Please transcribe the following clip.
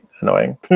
annoying